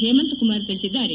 ಹೇಮಂತ್ ಕುಮಾರ್ ತಿಳಿಸಿದ್ದಾರೆ